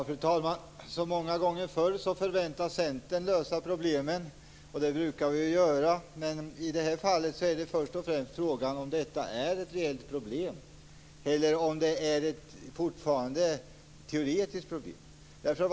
Fru talman! Som många gånger förr förväntas Centern lösa problemen. Det brukar vi göra, men i det här fallet är det först och främst fråga om detta är ett reellt problem eller om det fortfarande är ett teoretiskt problem.